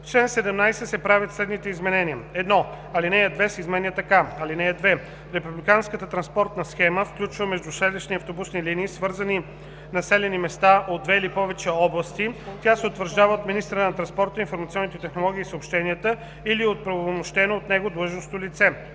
В чл. 17 се правят следните изменения: 1. Алинея 2 се изменя така: „(2) Републиканската транспортна схема включва междуселищни автобусни линии, свързващи населени места от две или повече области. Тя се утвърждава от министъра на транспорта, информационните технологии и съобщенията или от оправомощено от него длъжностно лице.“